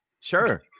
Sure